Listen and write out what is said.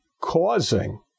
causing